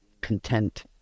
content